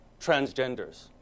transgenders